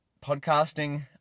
Podcasting